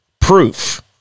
proof